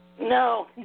No